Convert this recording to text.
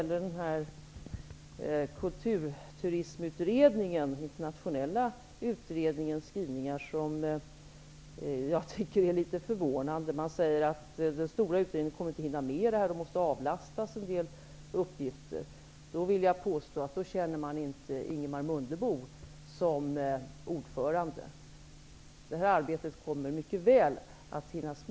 I den internationella Kulturturismutredningen finns det skrivningar som jag tycker är litet förvånande. Man säger att den stora utredningen inte kommer att hinna med sin uppgift, och att den måste avlastas. Då vill jag påstå att man inte känner Ingemar Mundebo som ordförande. Det här arbetet kommer mycket väl att hinnas med.